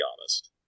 honest